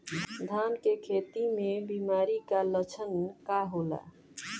धान के खेती में बिमारी का लक्षण का होला?